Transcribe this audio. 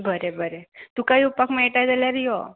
बरें बरें तुका येवपाक मेळटा जाल्यार यो